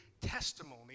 testimony